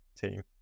team